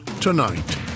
Tonight